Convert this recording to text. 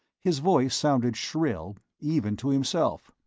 his voice sounded shrill, even to himself.